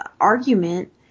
argument